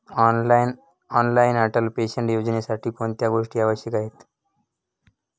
Online Atal pension योजनेसाठी कोणत्या गोष्टी आवश्यक आहेत?